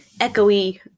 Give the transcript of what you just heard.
echoey